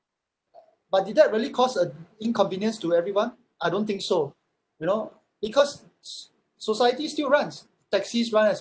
but did that really cause a inconvenience to everyone I don't think so you know because s~ society still runs taxis run